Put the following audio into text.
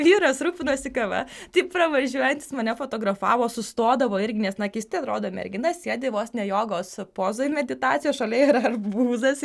vyras rūpinosi kava tai pravažiuojantys mane fotografavo sustodavo irgi nes na keistai atrodo mergina sėdi vos ne jogos pozoj meditacijos šalia arbūzas